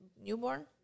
newborn